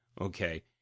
Okay